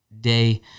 day